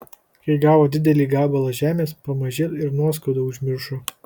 kai gavo didelį gabalą žemės pamažėl ir nuoskaudą užmiršo